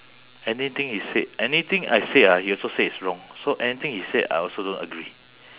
anything he say anything I say ah he also say it's wrong so anything he say I also don't agree